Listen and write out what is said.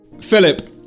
Philip